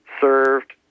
served